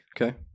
Okay